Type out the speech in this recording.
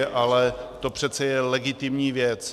Ale to přece je legitimní věc.